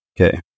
Okay